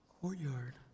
courtyard